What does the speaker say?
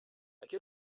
quelle